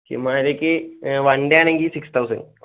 ഹിമാലയയ്ക്ക് one day ആണെങ്കിൽ six thousand